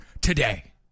today